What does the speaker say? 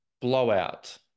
blowout